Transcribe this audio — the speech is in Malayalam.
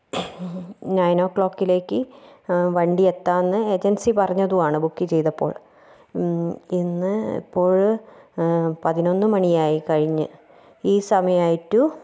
നൈൻ ഒ ക്ലോക്കിലേക്ക് വണ്ടി എത്താമെന്ന് ഏജൻസി പറഞ്ഞതുമാണ് ബുക്ക് ചെയ്തപ്പോൾ ഇന്ന് ഇപ്പോഴേ പതിനൊന്ന് മണിയായി കഴിഞ്ഞ് ഈ സമയമായിട്ടും